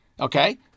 Okay